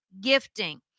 gifting